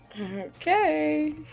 Okay